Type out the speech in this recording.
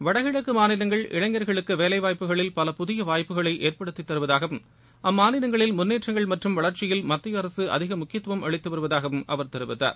வடகிழக்கு மாநிலங்கள் இளைஞர்களுக்கு வேலைவாய்ப்புகளில் பல புதிய வாய்ப்புகளை ஏற்படுத்தித் தருவதாகவும் அம்மாநிலங்களின் முன்னேற்றங்கள் மற்றம் வளர்ச்சியில் மத்திய அரசு அதிக முக்கியத்துவம் அளித்து வருவதாகவும் அவர் தெரிவித்தார்